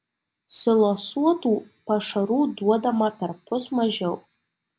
silosuotų pašarų duodama perpus mažiau